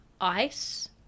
Ice